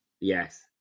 Yes